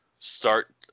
Start